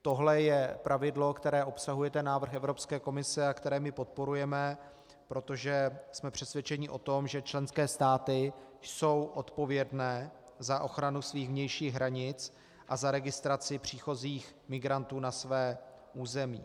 Tohle je pravidlo, které obsahuje ten návrh Evropské komise a které my podporujeme, protože jsme přesvědčeni o tom, že členské státy jsou odpovědné za ochranu svých vnějších hranic a za registraci příchozích migrantů na své území.